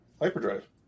hyperdrive